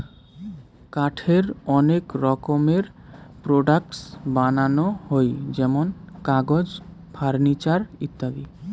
কাঠের অনেক রকমের প্রোডাক্টস বানানো হই যেমন কাগজ, ফার্নিচার ইত্যাদি